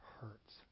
hurts